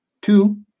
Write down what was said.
Two